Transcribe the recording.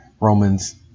roman's